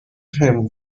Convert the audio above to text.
him